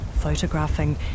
photographing